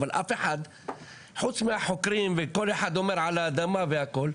אבל אף אחד חוץ מהחוקרים וכל אחד אומר על האדמה והכל,